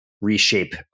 reshape